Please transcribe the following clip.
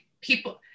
people